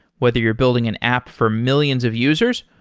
whether you're building an app for millions of users,